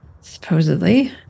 supposedly